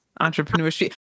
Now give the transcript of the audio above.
entrepreneurship